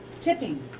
Tipping